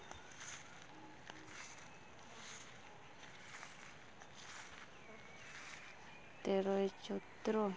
ᱛᱮᱨᱚᱭ ᱪᱟᱹᱭᱛᱨᱚ